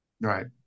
Right